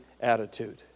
attitude